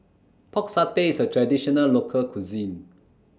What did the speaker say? Pork Satay IS A Traditional Local Cuisine